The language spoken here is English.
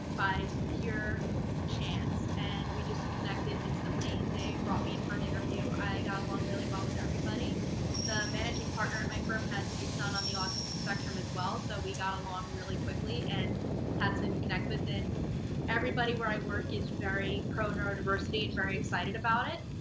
i hear chance, and we just connected instantly. they brought me in for an interview. i got along really well with everybody the managing partner at my firm has a son on the autism spectrum as well, so we got along really quickly, and had something to connect with and everybody where i work is very pro neurodiversity, and very excited about it,